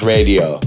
Radio